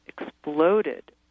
exploded